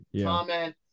comment